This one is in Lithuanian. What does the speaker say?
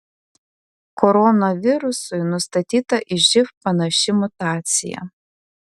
koronavirusui nustatyta į živ panaši mutacija